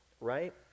right